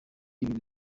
ibintu